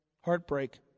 Heartbreak